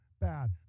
bad